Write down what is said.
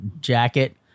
jacket